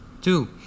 two